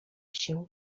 się